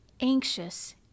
anxious